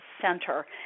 center